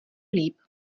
líp